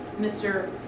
Mr